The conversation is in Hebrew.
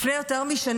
לפני יותר משנה,